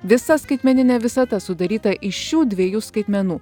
visa skaitmeninė visata sudaryta iš šių dviejų skaitmenų